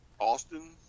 Austin